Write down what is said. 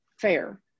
Fair